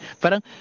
parang